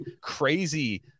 crazy